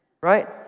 Right